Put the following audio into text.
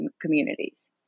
communities